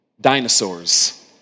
dinosaurs